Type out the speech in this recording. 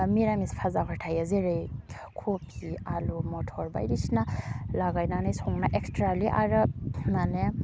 मिरामिस खाजाबो थायो जेरै खफि आलु मटर बायदिसिना लागायनानै संना एक्सट्रालि आरो माने